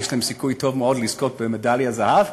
שיש להם סיכוי טוב מאוד לזכות במדליית זהב,